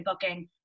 booking